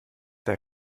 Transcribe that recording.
der